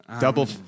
Double